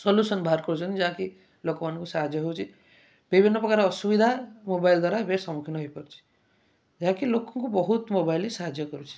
solution ବାହାର କରୁଛନ୍ତି ଯାହାକି ଲୋକମାନଙ୍କୁ ସାହଯ୍ୟ ହେଉଛି ବିଭିନ୍ନ ପ୍ରକାର ଅସୁବିଧା ମୋବାଇଲ୍ ଦ୍ୱାରା ଏବେ ସମ୍ମୁଖୀନ ହୋଇପାରୁଛି ଯାହାକି ଲୋକଙ୍କୁ ବହୁତ ମୋବାଇଲ୍ ସାହାଯ୍ୟ କରୁଛି